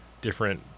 different